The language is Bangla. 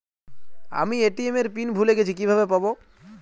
আমি এ.টি.এম এর পিন ভুলে গেছি কিভাবে পাবো?